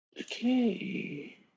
Okay